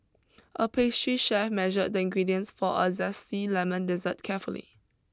a pastry chef measured the ingredients for a zesty lemon dessert carefully